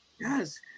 Yes